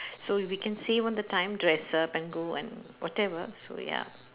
so we can save on the time dress up and go and whatever so ya